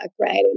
right